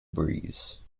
breeze